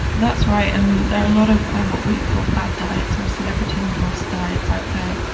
that's right, and there are a lot of and what we call fad diets or celebrity endorsed diets out there,